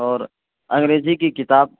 اور انگریزی کی کتاب